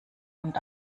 und